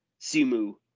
Simu